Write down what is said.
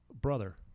brother